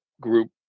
group